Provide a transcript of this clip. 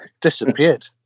Disappeared